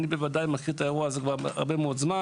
אני מכיר את האירוע הזה כבר הרבה מאוד זמן